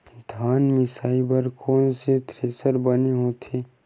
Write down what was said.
धान मिंजई बर कोन से थ्रेसर बने होथे?